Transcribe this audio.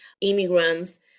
immigrants